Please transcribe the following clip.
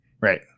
right